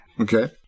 Okay